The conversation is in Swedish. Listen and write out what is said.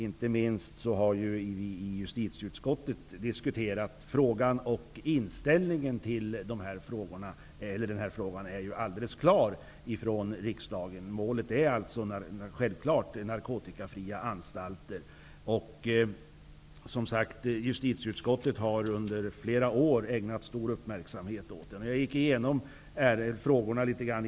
Inte minst har vi i justitieutskottet diskuterat frågan. Inställningen i denna fråga är alldeles klar. Målet är självfallet narkotikafria anstalter. Justitieutskottet har som sagt under flera år ägnat stor uppmärksamhet åt frågan.